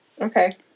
Okay